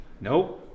Nope